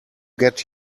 get